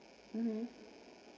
mmhmm